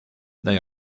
they